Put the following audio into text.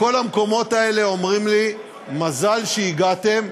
בכל המקומות האלה אומרים לי: מזל שהגעתם,